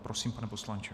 Prosím, pane poslanče.